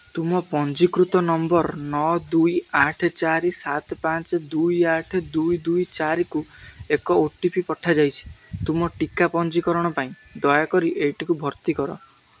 ତୁମ ପଞ୍ଜୀକୃତ ନମ୍ବର୍ ନଅ ଦୁଇ ଆଠ ଚାରି ସାତ ପାଞ୍ଚ ଦୁଇ ଆଠ ଦୁଇ ଦୁଇ ଚାରିକୁ ଏକ ଓ ଟି ପି ପଠାଯାଇଛି ତୁମ ଟିକା ପଞ୍ଜୀକରଣ ପାଇଁ ଦୟାକରି ଏଇଟିକୁ ଭର୍ତ୍ତି କର